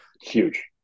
huge